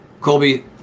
Colby